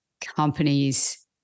companies